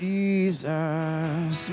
Jesus